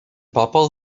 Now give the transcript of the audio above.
bobl